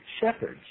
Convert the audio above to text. shepherds